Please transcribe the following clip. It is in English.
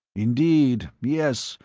indeed, yes,